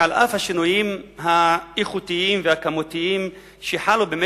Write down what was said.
שעל אף השינויים האיכותיים והכמותיים שחלו בחינוך